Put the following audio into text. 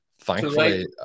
thankfully